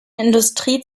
industrie